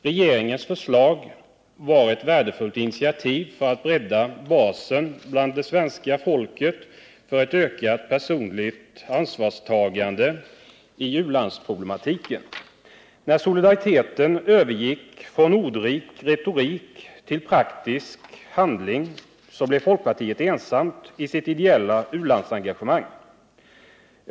Regeringens förslag var ett värdefullt initiativ för att bredda basen bland det svenska folket för ett ökat personligt ansvarstagande i u-landsproblematiken. När solidariteten övergick från ordrik retorik till praktisk handling, så blev folkpartiet ensamt i sitt ideella u-landsengagemang.